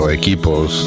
equipos